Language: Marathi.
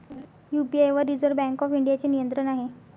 यू.पी.आय वर रिझर्व्ह बँक ऑफ इंडियाचे नियंत्रण आहे